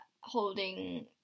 holding